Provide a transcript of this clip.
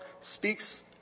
speaks